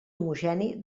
homogeni